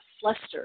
flustered